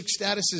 statuses